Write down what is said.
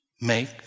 make